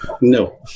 No